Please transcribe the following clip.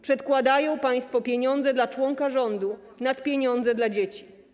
Przedkładają państwo pieniądze dla członka rządu nad pieniądze dla dzieci.